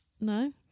No